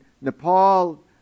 Nepal